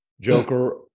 Joker